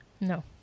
No